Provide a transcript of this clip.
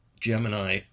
Gemini